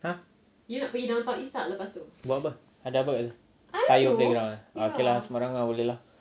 !huh! buat apa ada apa dekat situ playground eh ah okay lah sembarang ah boleh lah